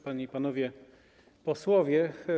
Panie i Panowie Posłowie!